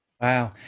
wow